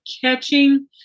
catching